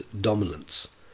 dominance